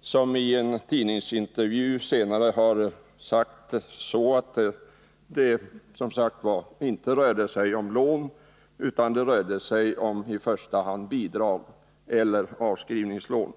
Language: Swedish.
som i en tidningsintervju har sagt att det inte i första hand rörde sig om lån utan om bidrag eller avskrivningslån.